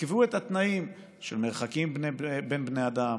תקבעו את התנאים של מרחקים בין בני אדם,